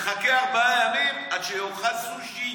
מחכה ארבעה ימים עד שיאכל סושי,